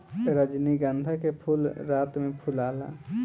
रजनीगंधा के फूल रात में फुलाला